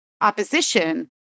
opposition